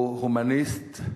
הוא הומניסט,